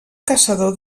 caçador